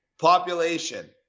population